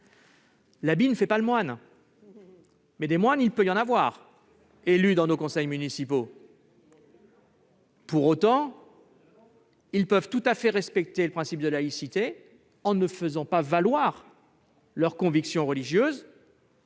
l'habit ne fait pas le moine, des moines peuvent être élus dans nos conseils municipaux. Pour autant, ils peuvent tout à fait respecter le principe de laïcité en ne faisant pas valoir leurs convictions religieuses